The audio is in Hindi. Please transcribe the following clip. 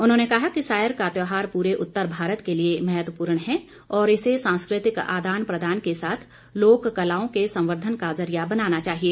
उन्होंने कहा कि सायर का त्यौहार पूरे उत्तर भारत के लिए महत्वपूर्ण है और इसे सांस्कृतिक आदान प्रदान के साथ लोक कलाओं के संवर्धन का जरिया बनाना चाहिए